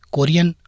Korean